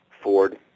Ford